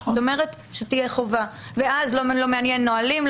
זאת אומרת שתהיה חובה ואז לא מעניין נהלים,